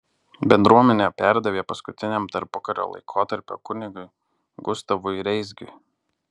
bendruomenę perdavė paskutiniam tarpukario laikotarpio kunigui gustavui reisgiui